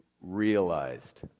realized